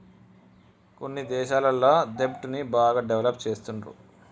కొన్ని దేశాలల్ల దెబ్ట్ ని బాగా డెవలప్ చేస్తుండ్రు